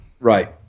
Right